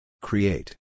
Create